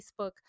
Facebook